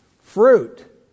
Fruit